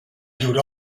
llur